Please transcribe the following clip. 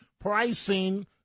pricing